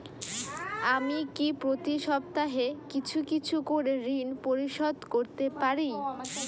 আমি কি প্রতি সপ্তাহে কিছু কিছু করে ঋন পরিশোধ করতে পারি?